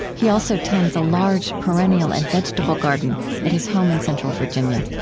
he also tends a large perennial and vegetable garden at his home in central virginia.